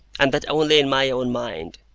and that only in my own mind,